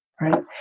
right